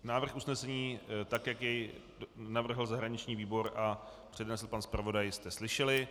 Návrh usnesení, tak jak jej navrhl zahraniční výbor a přednesl pan zpravodaj, jste slyšeli.